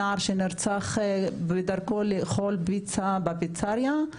נער שנרצח בדרכו לאכול פיצה בפיצרייה.